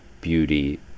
beauty